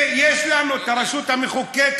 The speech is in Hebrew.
ויש לנו את הרשות המחוקקת,